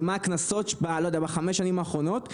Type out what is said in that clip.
ומה הקנסות, לא יודע, בחמש שנים האחרונות.